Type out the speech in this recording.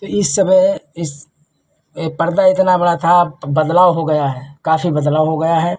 तो इस समय इस यह पर्दा इतना बड़ा था अब बदलाव हो गया है काफ़ी बदलाव हो गया है